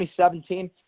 2017